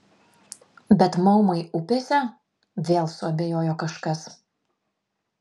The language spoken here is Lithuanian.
bet maumai upėse vėl suabejojo kažkas